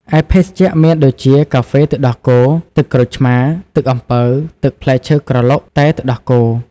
ឯភេសជ្ជៈមានដូចជាកាហ្វេទឹកដោះគោ ទឹកក្រូចឆ្មារ ទឹកអំពៅ ទឹកផ្លែឈើក្រឡុក តែទឹកដោះគោ ។